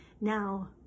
Now